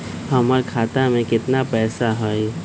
हमर खाता में केतना पैसा हई?